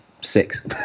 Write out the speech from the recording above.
six